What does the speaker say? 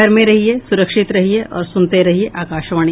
घर में रहिये सुरक्षित रहिये और सुनते रहिये आकाशवाणी